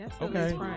Okay